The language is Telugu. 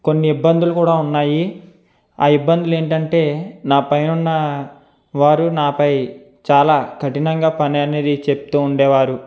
కొన్ని ఇబ్బందులు కూడా ఉన్నాయి ఆ ఇబ్బందులు ఏంటంటే నా పైనున్న వారు నాపై చాలా కఠినంగా పని అనేది చెప్తూ ఉండేవారు